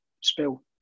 spell